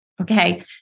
Okay